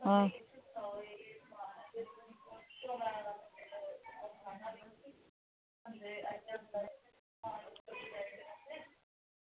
हां